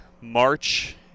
March